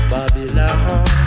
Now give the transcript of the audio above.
Babylon